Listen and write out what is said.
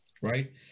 right